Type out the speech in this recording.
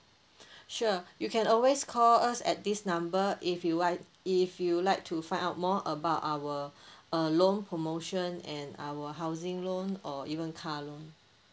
sure you can always call us at this number if you like if you like to find out more about our uh loan promotion and our housing loan or even car loan